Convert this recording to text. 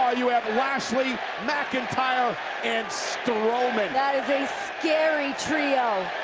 ah you have lashley, mcintyre and strowman. that is a scary trio.